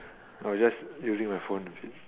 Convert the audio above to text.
I'm just using my phone